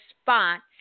spots